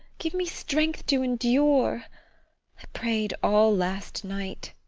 give me strength to endure. i prayed all last night.